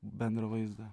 bendrą vaizdą